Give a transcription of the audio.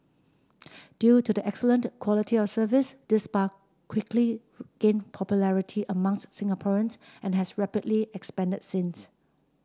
due to the excellent quality of service this spa quickly gain popularity amongst Singaporeans and has rapidly expanded since